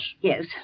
Yes